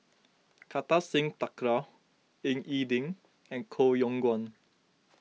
Kartar Singh Thakral Ying E Ding and Koh Yong Guan